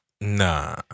Nah